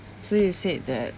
so you said that